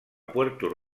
puerto